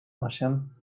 osiem